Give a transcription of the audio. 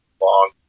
long